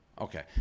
Okay